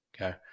Okay